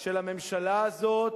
של הממשלה הזאת